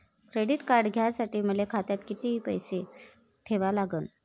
Credit card घ्यासाठी मले खात्यात किती पैसे ठेवा लागन?